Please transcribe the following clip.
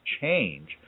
change